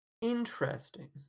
Interesting